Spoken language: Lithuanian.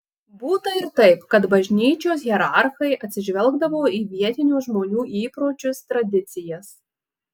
būta ir taip kad bažnyčios hierarchai atsižvelgdavo į vietinių žmonių įpročius tradicijas